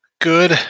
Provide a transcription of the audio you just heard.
Good